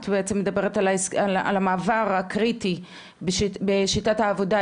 את בעצם מדברת על המעבר הקריטי בשיטת העבודה,